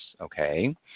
okay